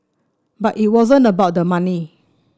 but it wasn't about the money